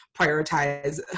prioritize